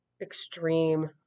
extreme